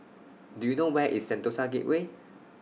Do YOU know Where IS Sentosa Gateway